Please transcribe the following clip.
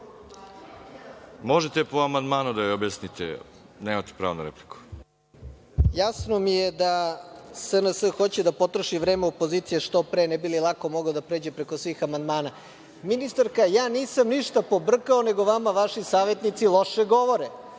drugo. Možete po amandmanu da joj objasnite. Nemate pravo na repliku. **Nenad Konstantinović** Jasno mi je da SNS hoće da potroši vreme opozicije, ne bi li lako mogao da pređe preko svih amandmana. Ministarka, ja nisam ništa pobrkao, nego vama vaši savetnici loše govore.